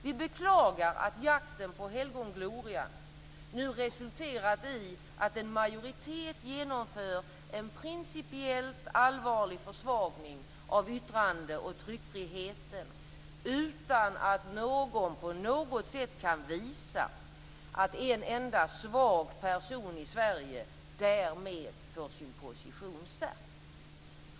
Vi beklagar att jakten på helgonglorian nu resulterar i att en majoritet genomför en principiellt allvarlig försvagning av yttrande och tryckfriheten utan att någon på något sätt kan visa att en enda svag person i Sverige därmed får sin position stärkt.